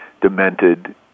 demented